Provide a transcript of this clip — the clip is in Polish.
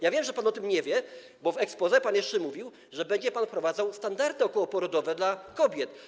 Ja wiem, że pan o tym nie wie, bo w exposé pan mówił, że będzie pan wprowadzał standardy okołoporodowe dla kobiet.